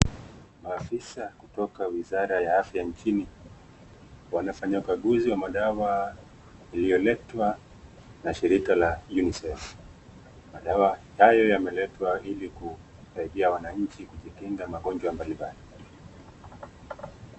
Maafisa kutoka wizara ya Afya nchini wanafanya ukaguzi wa dawa iliyoletwa na shirika la unicef ,madawa hayo yameletwa ili kusaidia wananchi kujikinga magonjwa mbali mbali